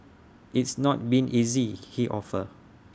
it's not been easy he offered